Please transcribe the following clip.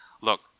Look